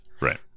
right